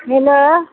hello